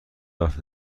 هفته